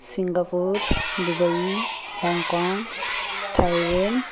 Singapore Dubai Hong Kong Thailand